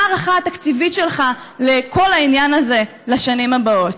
מה ההערכה התקציבית שלך לכל העניין הזה לשנים הבאות?